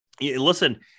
Listen